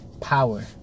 power